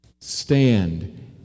Stand